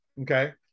okay